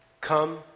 Come